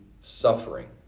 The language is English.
suffering